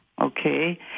Okay